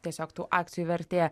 tiesiog tų akcijų vertė